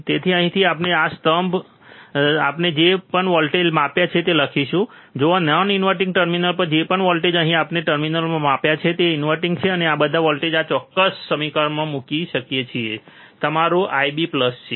તેથી અહીંથી આપણે આ સ્તંભમાં આપણે જે પણ વોલ્ટેજ માપ્યું છે તે લખી શકીએ છીએ નોન ઇન્વર્ટીંગ ટર્મિનલ પર જે પણ વોલ્ટેજ આપણે અહીં ટર્મિનલમાં માપ્યું છે જે ઇન્વર્ટીંગ છે તો અમે આ વોલ્ટેજને આ ચોક્કસ સમીકરણમાં મૂકી શકીએ છીએ જે તમારું IB છે